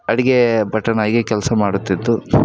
ಅಡ್ಗೆ ಭಟ್ಟನಾಗಿ ಕೆಲಸ ಮಾಡುತ್ತಿದ್ದು